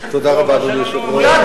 תודה רבה, אדוני היושב-ראש.